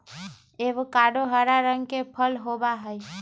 avocado हरा रंग के फल होबा हई